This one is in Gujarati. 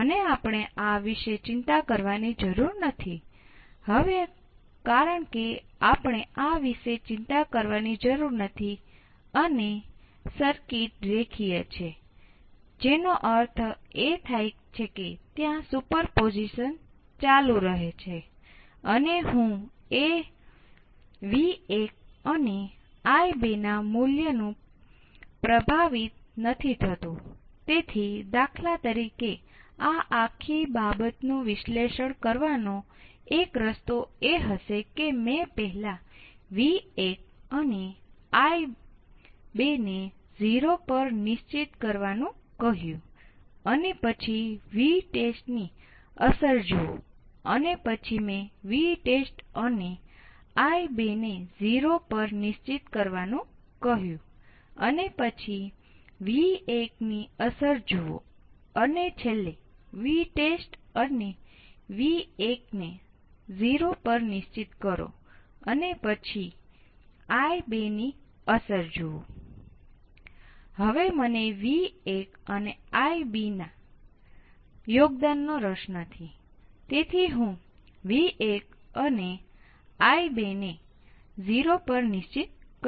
હવે જો આપણે એક આદર્શ ઓપ એમ્પ અનંત હશે પરંતુ તેમ છતાં આપણે અનંત ન હોય તેવા વીજ પુરવઠાની અસરનો નિર્ણય કરવા માંગીએ છીએ